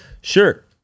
Sure